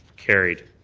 carried.